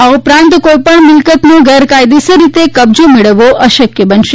આ ઉપરાંત કોઇપણ મિલકતનો ગેરકાયદેસર રીતે કબજો મેળવવો અશકય બનશે